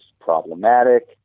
problematic